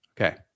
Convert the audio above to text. Okay